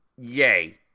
Yay